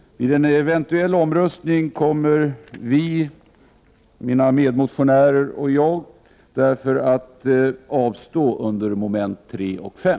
Vid en eventuell omröstning kommer vi, mina medmotionärer och jag, därför att avstå från att rösta under momenten 3 och 5.